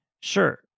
sure